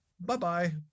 bye-bye